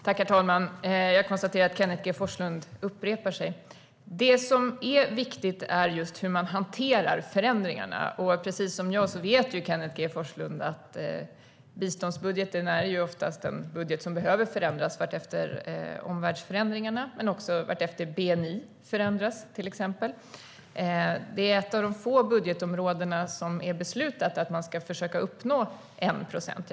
Herr talman! Jag konstaterar att Kenneth G Forslund upprepar sig. Det som är viktigt är just hur man hanterar förändringarna. Precis som jag vet Kenneth G Forslund att biståndsbudgeten oftast är en budget som behöver förändras efter omvärldsförändringar men också vartefter bni förändras, till exempel. Det är ett av få budgetområden där det är beslutat att man ska försöka uppnå 1 procent.